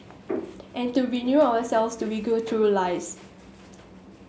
and to renew ourselves to we go through lives